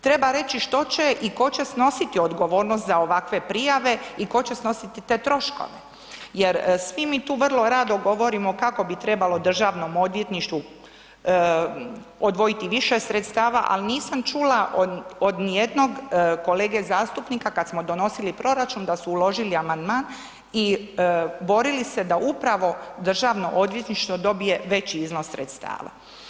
Treba reći što će i tko će snositi odgovornost za ovakve prijave i tko će snositi te troškove jer svi mi tu vrlo rado govorimo kako bi trebalo Državnom odvjetništvu odvojiti više sredstava ali nisam čula od nijednog kolege zastupnika kad smo donosili proračun da su uložili amandman i borili se da upravo Državno odvjetništvo dobije veći iznos sredstava.